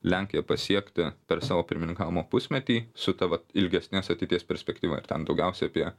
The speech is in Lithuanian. lenkija pasiekti per savo pirmininkavimo pusmetį su ta vat ilgesnės ateities perspektyva ir ten daugiausia apie